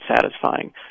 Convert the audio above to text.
satisfying